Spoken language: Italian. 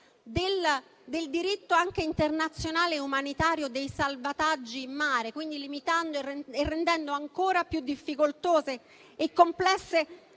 del diritto anche internazionale e umanitario dei salvataggi in mare, quindi limitando e rendendo ancora più difficoltose e complesse